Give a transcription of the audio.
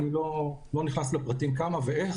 אני לא נכנס לפרטים כמה ואיך,